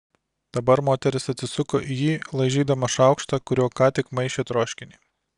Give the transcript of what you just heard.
dabar moteris atsisuko į jį laižydama šaukštą kuriuo ką tik maišė troškinį